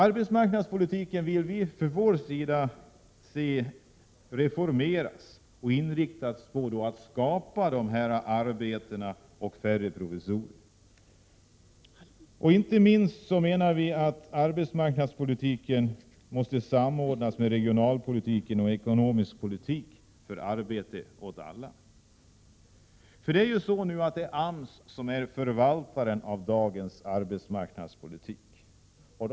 Från vår sida vill vi att arbetsmarknadspolitiken reformeras och inriktas på att skapa fler arbeten och färre provisorier. Vi menar att man inte minst måste samordna arbetsmarknadspolitiken med regionalpolitiken och ekonomisk politik för att ge arbete åt alla. I dag är det ju AMS som är förvaltaren av arbetsmarknadspolitiken.